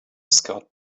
scott